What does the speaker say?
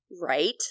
Right